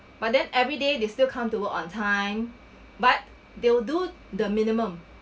but then every day they still come to work on time but they will do the minimum